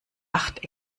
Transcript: acht